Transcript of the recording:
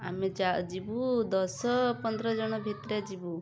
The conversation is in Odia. ଆମେ ଯିବୁ ଦଶ ପନ୍ଦର ଜଣ ଭିତରେ ଯିବୁ